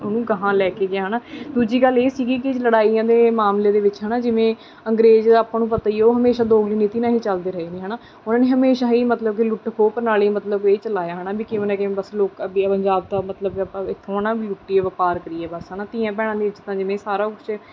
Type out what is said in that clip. ਉਹਨੂੰ ਅਗਾਂਹ ਲੈ ਕੇ ਗਿਆ ਹੈ ਨਾ ਦੂਜੀ ਗੱਲ ਇਹ ਸੀਗੀ ਕਿ ਲੜਾਈਆਂ ਦੇ ਮਾਮਲੇ ਦੇ ਵਿੱਚ ਹੈ ਨਾ ਜਿਵੇਂ ਅੰਗਰੇਜ਼ ਆਪਾਂ ਨੂੰ ਪਤਾ ਹੀ ਹੈ ਉਹ ਹਮੇਸ਼ਾ ਦੋਗਲੀ ਨੀਤੀ ਨਾਲ ਹੀ ਚੱਲਦੇ ਰਹੇ ਨੇ ਹੈ ਨਾ ਉਹ ਹਮੇਸ਼ਾ ਹੀ ਮਤਲਬ ਕਿ ਲੁੱਟ ਖੋਹ ਪ੍ਰਣਾਲੀ ਮਤਲਬ ਕਿ ਇਹ ਚਲਾਇਆ ਹੈ ਨਾ ਵੀ ਕਿਵੇਂ ਨਾ ਕਿਵੇਂ ਬਸ ਲੋਕਾਂ ਅੱਗੇ ਪੰਜਾਬ ਤਾਂ ਮਤਲਬ ਆਪਾਂ ਇੱਥੋਂ ਹੈ ਨਾ ਵੀ ਲੁੱਟੀਏ ਵਪਾਰ ਕਰੀਏ ਵੀ ਬਸ ਹੈ ਨਾ ਧੀਆਂ ਭੈਣਾਂ ਇੱਜ਼ਤਾਂ ਜਿਵੇਂ ਸਾਰਾ ਕੁਛ